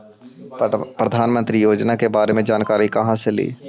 प्रधानमंत्री योजना के बारे मे जानकारी काहे से ली?